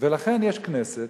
ולכן יש כנסת.